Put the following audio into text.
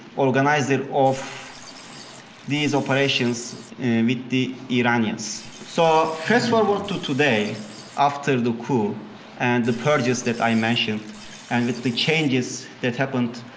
organizer of these operations with the iranians. so fast forward to today after the coup and the purges that i mentioned and with the changes that i